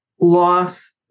loss